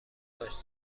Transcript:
باش